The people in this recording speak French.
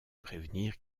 prévenir